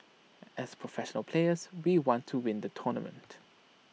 as professional players we want to win the tournament